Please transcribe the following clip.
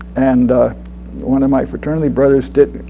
and one of my fraternity brothers didn't